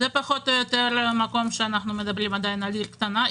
זה פחות או יותר המקום שאנחנו מדברים עדיין על עיר קטנה.